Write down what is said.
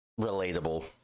relatable